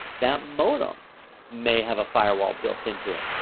that modem may have a firewall built into it.